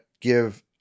give